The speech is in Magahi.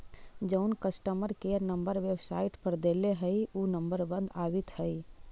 जउन कस्टमर केयर नंबर वेबसाईट पर देल हई ऊ नंबर बंद आबित हई